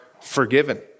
forgiven